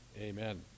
Amen